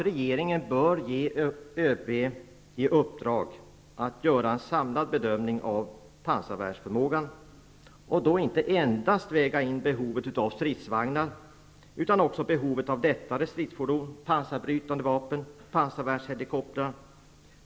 Regeringen bör ge ÖB i uppdrag att göra en samlad bedömning av pansarvärnsförmågan, och då inte endast väga in behovet av stridsvagnar utan också behovet av lättare stridsfordon, pansarbrytande vapen och pansarvärnshelikoptrar.